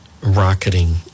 rocketing